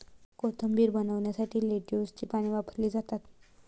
कोशिंबीर बनवण्यासाठी लेट्युसची पाने वापरली जातात